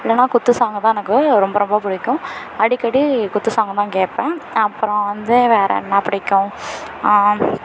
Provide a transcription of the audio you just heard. இல்லைன்னா குத்து சாங்கு தான் எனக்கு ரொம்ப ரொம்ப பிடிக்கும் அடிக்கடி குத்து சாங்கு தான் கேட்பேன் அப்புறோம் வந்து வேறு என்ன பிடிக்கும்